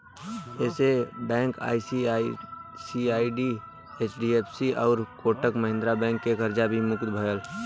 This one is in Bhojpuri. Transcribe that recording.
येस बैंक आई.सी.आइ.सी.आइ, एच.डी.एफ.सी आउर कोटक महिंद्रा बैंक के कर्जा से मुक्त भयल